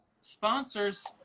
sponsors